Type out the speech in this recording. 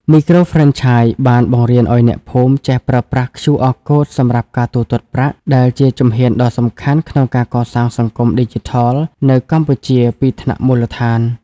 មីក្រូហ្វ្រេនឆាយបានបង្រៀនឱ្យអ្នកភូមិចេះប្រើប្រាស់ QR Code សម្រាប់ការទូទាត់ប្រាក់ ដែលជាជំហានដ៏សំខាន់ក្នុងការកសាងសង្គមឌីជីថលនៅកម្ពុជាពីថ្នាក់មូលដ្ឋាន។